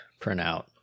printout